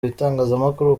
ibitangazamakuru